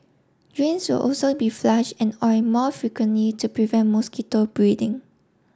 drains also be flush and oil more frequently to prevent mosquito breeding